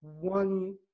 one